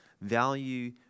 Value